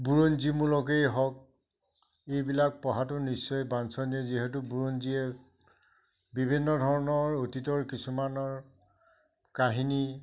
বুৰঞ্জীমূলকেই হওক এইবিলাক পঢ়াটো নিশ্চয় বাঞ্চনীয় যিহেতু বুৰঞ্জীয়ে বিভিন্ন ধৰণৰ অতীতৰ কিছুমানৰ কাহিনী